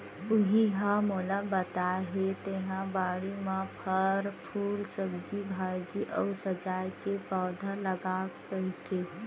उहीं ह मोला बताय हे तेंहा बाड़ी म फर, फूल, सब्जी भाजी अउ सजाय के पउधा लगा कहिके